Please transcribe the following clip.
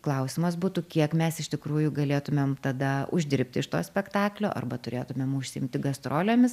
klausimas būtų kiek mes iš tikrųjų galėtumėm tada uždirbti iš to spektaklio arba turėtumėm užsiimti gastrolėmis